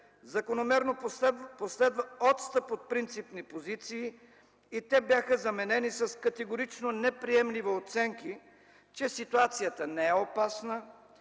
закономерно последва отстъп от принципни позиции и те бяха заменени с категорично неприемливи оценки, че ситуацията не е опасна,